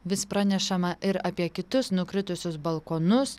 vis pranešama ir apie kitus nukritusius balkonus